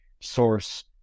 source